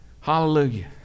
Hallelujah